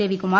Ravikumar